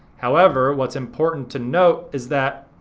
however, what's important to note is that,